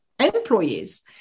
employees